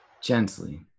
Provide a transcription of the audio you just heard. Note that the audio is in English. Gently